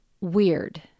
weird